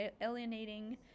alienating